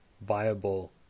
viable